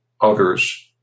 others